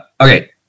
Okay